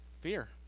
Fear